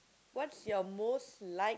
what's your most like